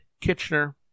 Kitchener